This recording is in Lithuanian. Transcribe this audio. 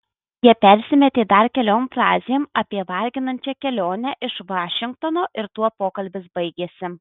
jie persimetė dar keliom frazėm apie varginančią kelionę iš vašingtono ir tuo pokalbis baigėsi